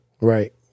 Right